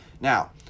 Now